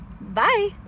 Bye